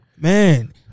Man